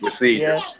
yes